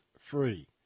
free